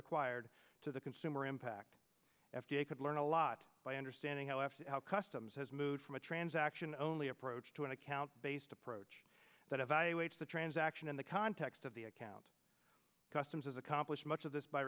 required to the consumer impact f d a learn a lot by understanding how left out customs has moved from a transaction only approach to an account based approach that evaluates the transaction in the context of the account customs accomplish much of this by